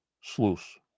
sluice